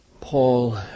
Paul